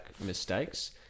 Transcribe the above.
mistakes